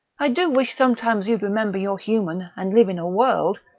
i do wish sometimes you'd remember you're human, and live in a world!